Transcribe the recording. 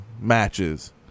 matches